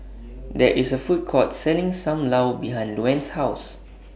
There IS A Food Court Selling SAM Lau behind Luanne's House